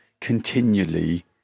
continually